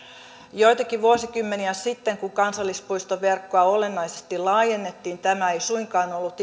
joitakin vuosikymmeniä sitten kun kansallispuistoverkkoa olennaisesti laajennettiin tämä ei suinkaan ollut